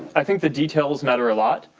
i think the details matter a lot.